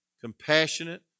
compassionate